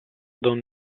don